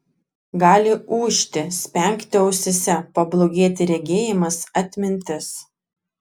gali ūžti spengti ausyse pablogėti regėjimas atmintis